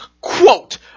quote